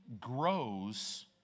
grows